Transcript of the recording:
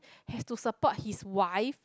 has to support his wife